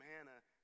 Hannah